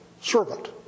servant